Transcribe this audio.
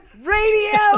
radio